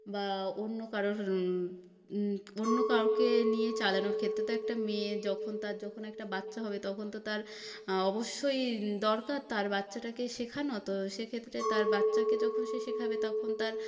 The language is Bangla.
বা অন্য কারোর অন্য কাউকে নিয়ে চালানোর ক্ষেত্রে তো একটা মেয়ে যখন তার যখন একটা বাচ্ছা হবে তখন তো আর অবশ্যই দরকার তার বাচ্ছাটাকে শেখানো তো সেক্ষেত্রে তার বাচ্চাকে যখন সে শেখাবে তখন তার